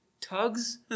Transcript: tugs